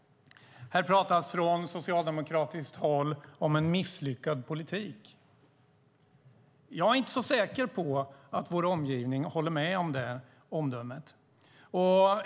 Från socialdemokratiskt håll pratas det om en misslyckad politik. Jag är inte så säker på att vår omgivning håller med om det omdömet.